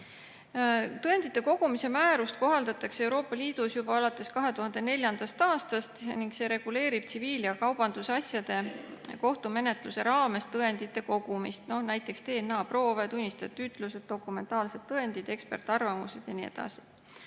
Tõendite kogumise määrust kohaldatakse Euroopa Liidus juba alates 2004. aastast ning see reguleerib tsiviil- ja kaubandusasjade kohtumenetluse raames tõendite kogumist. Näiteks DNA-proovid, tunnistajate ütlused, dokumentaalsed tõendid, ekspertarvamused ja nii edasi.